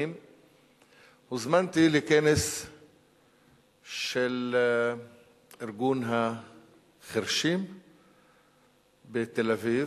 הוזמנתי לכנס של ארגון החירשים בתל-אביב,